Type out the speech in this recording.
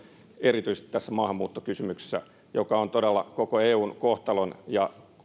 erityisesti tässä maahanmuuttokysymyksessä joka on todella koko eun kohtalon ja